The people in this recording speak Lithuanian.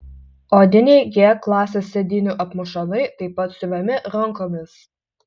odiniai g klasės sėdynių apmušalai taip pat siuvami rankomis